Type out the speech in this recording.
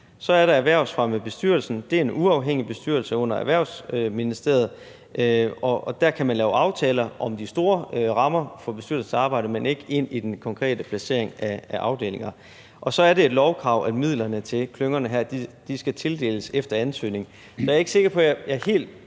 Så er der Erhvervsfremmebestyrelsen, som er en uafhængig bestyrelse under Erhvervsministeriet, og der kan man lave aftaler om de store rammer for bestyrelsens arbejde, men ikke om den konkrete placering af afdelinger. Og så er det et lovkrav, at midlerne til klyngerne her skal tildeles efter ansøgning. Jeg forstår godt ønsket